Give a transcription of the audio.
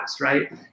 right